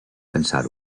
pensar